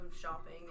shopping